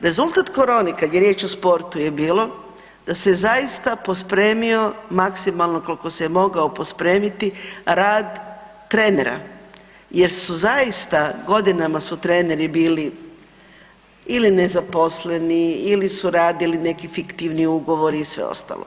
Rezultat korone kad je riječ o sportu je bilo da se zaista pospremio maksimalno koliko se je mogao pospremiti rad trenera jer su zaista godinama su treneri bili ili nezaposleni ili su radili neki fiktivni ugovor i sve ostalo.